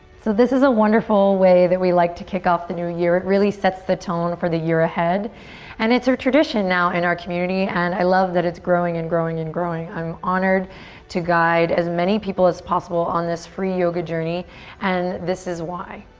so this is a wonderful way that we like to kick off the new year. it really sets the tone for the year ahead and it's our tradition now in our community and i love that it's growing and growing and growing. i'm honored to guide as many people as possible on this free yoga journey and this is why.